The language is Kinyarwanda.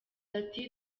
ati